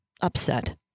upset